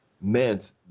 meant